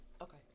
Okay